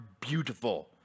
beautiful